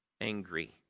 angry